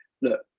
look